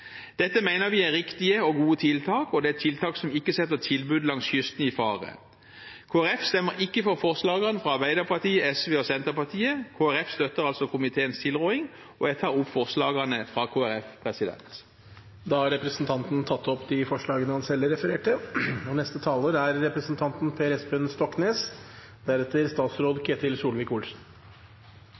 Dette mener vi er riktige og gode tiltak, og det er tiltak som ikke setter tilbudet langs kysten i fare. Kristelig Folkeparti stemmer ikke fra forslagene fra Arbeiderpartiet, SV og Senterpartiet. Kristelig Folkeparti støtter altså komiteens tilråding, og jeg tar da opp forslagene fra Kristelig Folkeparti. Da har representanten Hans Fredrik Grøvan tatt opp de forslagene han refererte